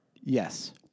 Yes